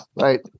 right